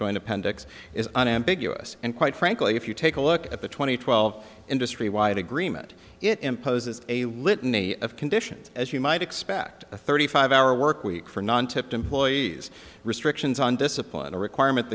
joint appendix is unambiguous and quite frankly if you take a look at the two thousand and twelve industry wide agreement it imposes a litany of conditions as you might expect a thirty five hour work week for non tipped employees restrictions on discipline a requirement